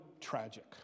tragic